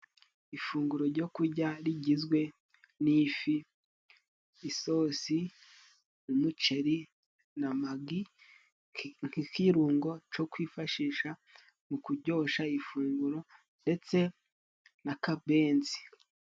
Ifunguro ryo kurya rigizwe n'ifi, isosi umuceri na magi, nk'ikirungo co kwifashisha mu kuryoshya ifunguro ndetse na kabenzi.